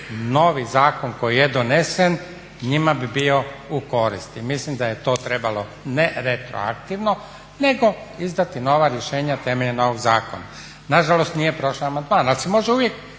novi zakon koji je donesen njima bi bio u korist. I mislim da je to trebalo ne retroaktivno nego izdati nova rješenja temeljem novog zakona. Nažalost nije prošao amandman, ali se može uvijek